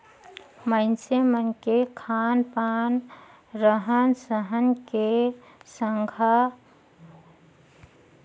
मइनसे मन के खान पान, रहन सहन के सेंधा मइनसे मन के तबियत पानी हर आय दिन बिगड़त रथे